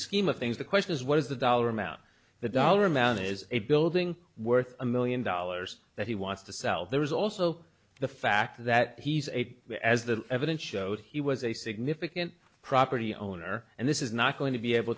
scheme of things the question is what is the dollar amount the dollar amount is a building worth a million dollars that he wants to sell there is also the fact that he's eight there as the evidence showed he was a significant property owner and this is not going to be able